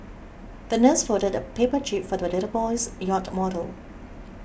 the nurse folded a paper jib for the little boy's yacht model